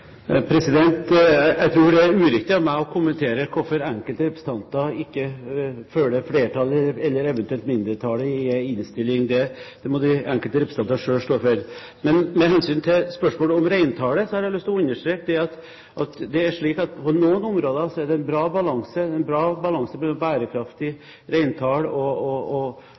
Jeg tror det er uriktig av meg å kommentere hvorfor enkelte representanter ikke følger flertallet eller eventuelt mindretallet i en innstilling. Det må de enkelte representanter selv stå for. Med hensyn til spørsmålet om reintallet, har jeg lyst til å understreke at det i noen områder er en bra balanse mellom bærekraftig reintall og ressursgrunnlaget, i andre områder, særlig i vest, er det